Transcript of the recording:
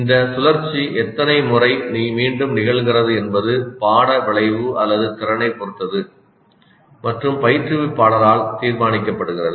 இந்த சுழற்சி எத்தனை முறை மீண்டும் நிகழ்கிறது என்பது பாட விளைவு அல்லது திறனைப் பொறுத்தது மற்றும் பயிற்றுவிப்பாளரால் தீர்மானிக்கப்படுகிறது